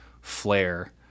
flare